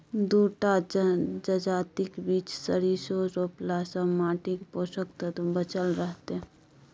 दू टा जजातिक बीच सरिसों रोपलासँ माटिक पोषक तत्व बचल रहतै